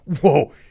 Whoa